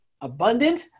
abundant